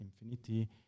infinity